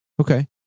okay